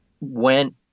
went